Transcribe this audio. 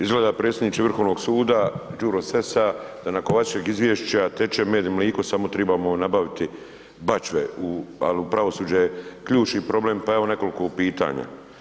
Izgleda predsjedniče Vrhovnog suda Đuro Sessa da nakon vašeg izvješća teče med i mliko samo trebamo nabaviti bačve, al pravosuđe je ključni problem pa evo nekoliko pitanje.